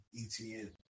ETN